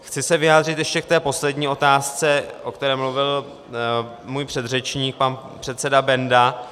Chci se vyjádřit ještě k poslední otázce, o které mluvil můj předřečník, pan předseda Benda.